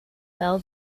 belle